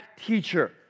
teacher